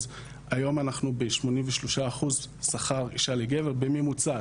היום אנחנו ב-83% שכר אישה/גבר בממוצע,